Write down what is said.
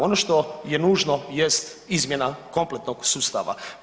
Ono što je nužno jest izmjena kompletnog sustava.